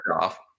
off